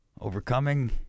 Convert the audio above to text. overcoming